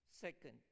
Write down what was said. Second